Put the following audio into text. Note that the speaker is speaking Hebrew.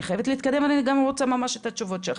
אני חייבת להתקדם ואני גם רוצה ממש את התשובות שלך.